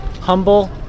humble